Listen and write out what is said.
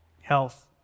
health